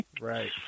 right